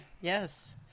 Yes